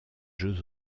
jeux